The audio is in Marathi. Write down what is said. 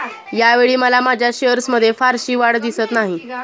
यावेळी मला माझ्या शेअर्समध्ये फारशी वाढ दिसत नाही